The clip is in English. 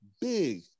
big